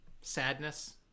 Sadness